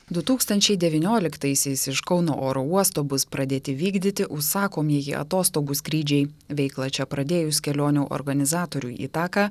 du tūkstančiai devynioliktaisiais iš kauno oro uosto bus pradėti vykdyti užsakomieji atostogų skrydžiai veiklą čia pradėjus kelionių organizatoriui itaka